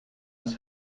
das